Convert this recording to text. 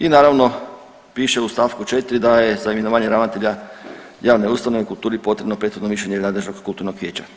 I naravno piše u stavku 4. da je za imenovanje ravnatelja javne ustanove u kulturi potrebno prethodno mišljenje nadležnog kulturnog vijeća.